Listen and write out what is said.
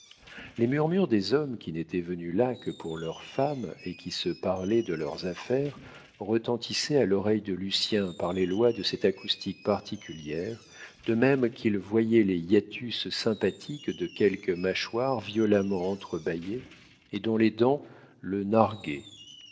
les murmures des hommes qui n'étaient venus là que pour leurs femmes et qui se parlaient de leurs affaires retentissaient à l'oreille de lucien par les lois de cette acoustique particulière de même qu'il voyait les hiatus sympathiques de quelques mâchoires violemment entrebâillées et dont les dents le narguaient